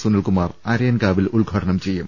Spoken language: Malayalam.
സുനിൽകുമാർ അരയൻകാവിൽ ഉദ്ഘാ ടനം ചെയ്യും